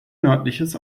nördliches